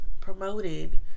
promoted